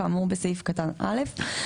כאמור בסעיף קטן (א).